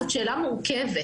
זו שאלה מורכבת.